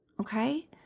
Okay